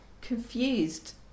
confused